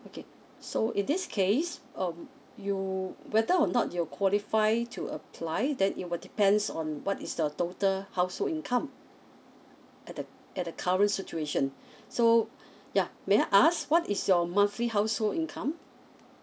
okay so in this case um you whether or not you're qualified to apply that it will depend on what is the total household income at the at the current situation so yeah may I ask what is your monthly household income